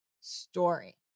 story